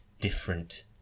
different